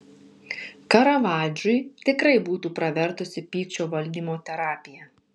karavadžui tikrai būtų pravertusi pykčio valdymo terapija